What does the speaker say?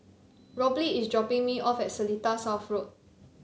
Robley is dropping me off at Seletar South Road